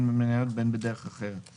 בין במניות ובין בדרך אחרת,